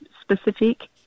specific